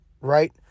right